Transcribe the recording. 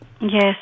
Yes